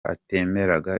atemeraga